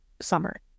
summer